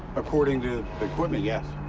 according to the equipment, yes.